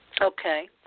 Okay